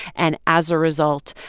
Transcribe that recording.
and as a result,